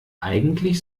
eigentlich